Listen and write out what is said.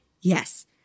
Yes